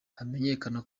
hamenyekana